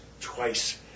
twice